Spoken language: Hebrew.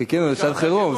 חיכינו לשעת החירום.